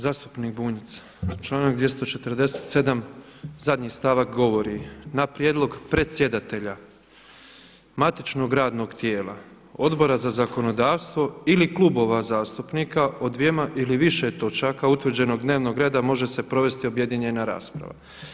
Zastupnik Bunjac, članak 247. zadnji stavak govori: „Na prijedlog predsjedatelja matičnog radnog tijela, Odbora za zakonodavstvo ili klubova zastupnika od dvjema ili više točaka utvrđenog dnevnog reda može se provesti objedinjena rasprava.